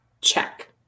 check